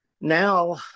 now